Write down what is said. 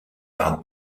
par